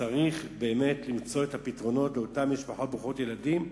צריך באמת למצוא את הפתרונות לאותן משפחות ברוכות ילדים,